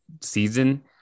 season